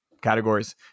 categories